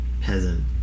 peasant